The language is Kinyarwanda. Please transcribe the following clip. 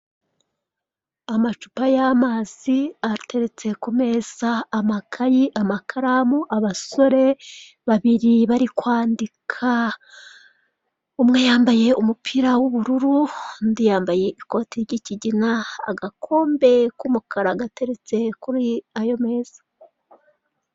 Amacupa y'amazi ateretse ku meza, amakayi, amakaramu, abasore babiri barikwandika. Umwe yambaye umupira w'ubururu undi yambaye ikote ry'ikigina agakombe k'umukara gateretse kuri ayo meza.